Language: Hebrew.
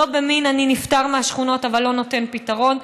לא במין "אני נפטר מהשכונות אבל לא נותן פתרון",